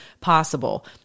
possible